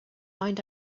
find